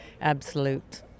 absolute